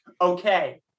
okay